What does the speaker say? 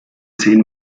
zehn